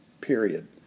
period